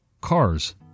cars